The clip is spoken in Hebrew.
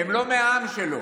הם לא מהעם שלו,